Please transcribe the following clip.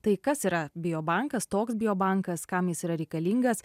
tai kas yra biobankas toks biobankas kam jis yra reikalingas